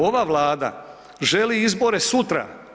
Ova Vlada želi izbore sutra.